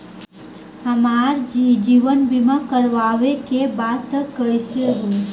हमार जीवन बीमा करवावे के बा त कैसे होई?